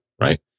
Right